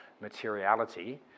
materiality